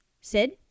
Sid